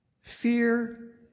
Fear